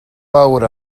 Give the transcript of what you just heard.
fawr